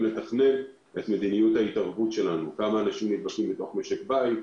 לתכנן את מדיניות ההתערבות שלנו כמה אנשים נדבקים בתוך משק בית,